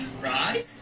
Right